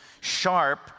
sharp